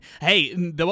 hey